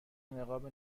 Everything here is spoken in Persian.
نقاب